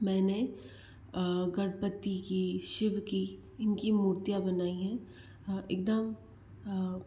मैंने गणपति की शिव की इनकी मुर्तियाँ बनाई हैं एकदम